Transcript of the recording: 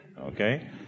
Okay